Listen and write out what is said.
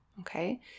Okay